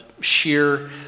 sheer